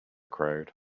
crowd